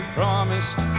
promised